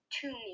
two